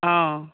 অঁ